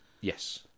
Yes